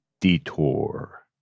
Detour